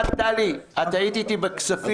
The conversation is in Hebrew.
טלי, את היית איתי בכספים.